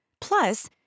Plus